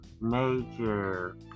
major